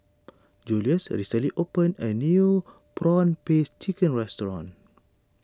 Julious recently opened a new Prawn Paste Chicken restaurant